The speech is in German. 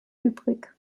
übrig